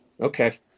Okay